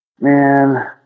man